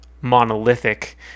monolithic